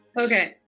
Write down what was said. Okay